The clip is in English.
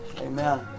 Amen